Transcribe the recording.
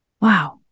wow